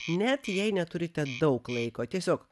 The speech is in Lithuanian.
net jei neturite daug laiko tiesiog